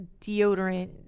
deodorant